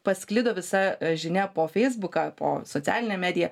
pasklido visa žinia po feisbuką po socialinę mediją